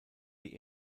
die